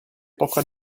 poco